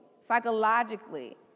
psychologically